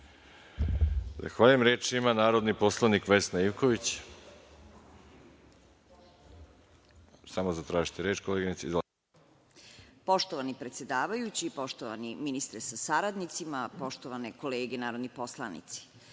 Zahvaljujem. Reč ima narodni poslanik Vesna Ivković. Izvolite. **Vesna Ivković** Poštovani predsedavajući, poštovani ministre sa saradnicima, poštovane kolege narodni poslanici,